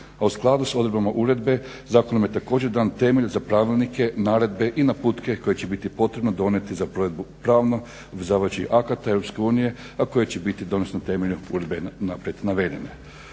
U skladu s odredbama uredbe zakonom je također dan temelj za pravilnike, naredbe i naputke koje će biti potrebno donijeti za provedbu pravnih akata EU a koji će biti doneseni temeljem uredbe naprijed navedene.